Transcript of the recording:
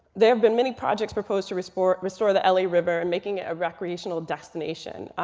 there have been many projects proposed to restore restore the la river and making it a recreational destination.